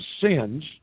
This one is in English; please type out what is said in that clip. sins